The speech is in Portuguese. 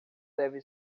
deve